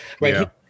right